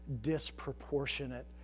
disproportionate